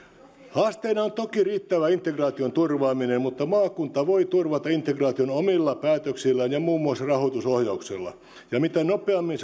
haasteena on toki riittävä integraation turvaaminen mutta maakunta voi turvata integraation omilla päätöksillään ja muun muassa rahoitusohjauksella ja mitä nopeammin